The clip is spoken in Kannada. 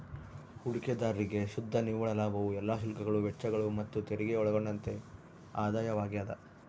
ಹೂಡಿಕೆದಾರ್ರಿಗೆ ಶುದ್ಧ ನಿವ್ವಳ ಲಾಭವು ಎಲ್ಲಾ ಶುಲ್ಕಗಳು ವೆಚ್ಚಗಳು ಮತ್ತುತೆರಿಗೆ ಒಳಗೊಂಡಂತೆ ಆದಾಯವಾಗ್ಯದ